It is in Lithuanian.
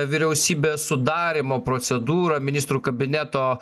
vyriausybės sudarymo procedūrą ministrų kabineto